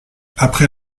après